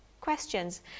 questions